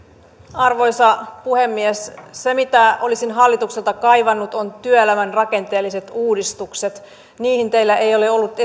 arvoisa puhemies se mitä olisin hallitukselta kaivannut on työelämän rakenteelliset uudistukset niistä teillä ei ole ollut